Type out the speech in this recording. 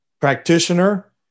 practitioner